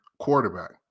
quarterback